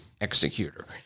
executor